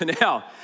Now